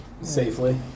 safely